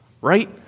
right